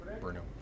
Bruno